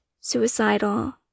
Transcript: suicidal